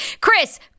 Chris